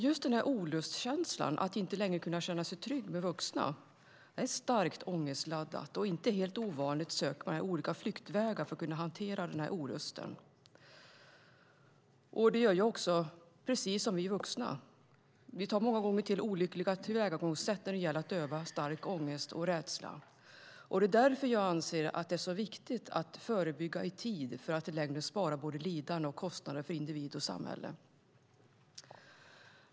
Just denna olustkänsla att inte längre kunna känna sig trygg med vuxna är starkt ångestladdad, och det är inte helt ovanligt att man söker olika flyktvägar för att kunna hantera denna olust. Även vi vuxna tar många gånger till olyckliga tillvägagångssätt när det gäller att döva stark ångest och rädsla. Det är därför jag anser att det är så viktigt att i tid förebygga för att i längden spara både lidande och kostnader för individ som samhälle.